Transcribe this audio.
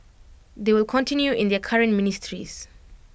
they will continue in their current ministries